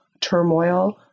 turmoil